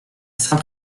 saint